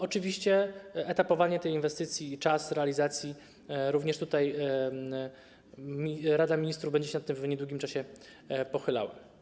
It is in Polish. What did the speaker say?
Oczywiście jeśli chodzi o etapowanie tej inwestycji i czas realizacji, to również tutaj Rada Ministrów będzie się nad tym w niedługim czasie pochylała.